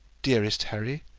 dearest harry.